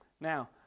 Now